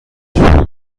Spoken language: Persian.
شروع